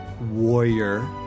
Warrior